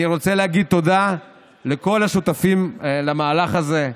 אני רוצה להגיד תודה לכל השותפים למהלך הזה: